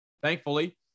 thankfully